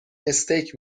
استیک